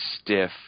stiff